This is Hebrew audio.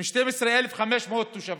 אתה עם 12,500 תושבים.